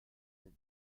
del